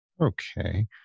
Okay